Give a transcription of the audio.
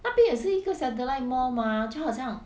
那边也是一个 satellite mall mah 就好像